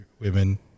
women